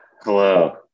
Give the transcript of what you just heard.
Hello